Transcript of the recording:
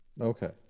Okay